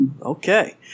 okay